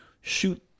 shoot